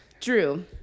Drew